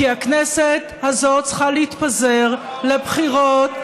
כי הכנסת הזו צריכה להתפזר לבחירות,